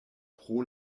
pro